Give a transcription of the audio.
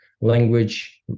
language